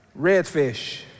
Redfish